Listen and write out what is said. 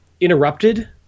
interrupted